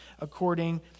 according